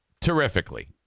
terrifically